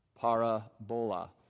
Parabola